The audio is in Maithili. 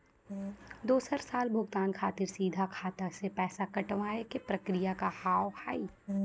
दोसर साल भुगतान खातिर सीधा खाता से पैसा कटवाए के प्रक्रिया का हाव हई?